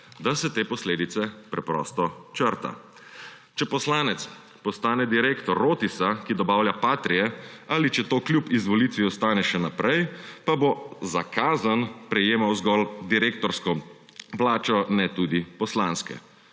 Da se te posledice preprosto črtajo. Če poslanec postane direktor Rotisa, ki dobavlja patrije, ali če to kljub izvolitvi ostane še naprej, bo za kazen prejemal zgolj direktorsko plačo in ne tudi poslanske.